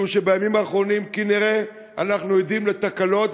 משום שבימים האחרונים כנראה אנחנו עדים לתקלות,